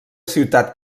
ciutat